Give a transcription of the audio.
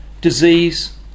disease